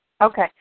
Okay